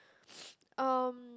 um